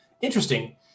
interesting